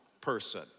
person